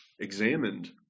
examined